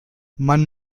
man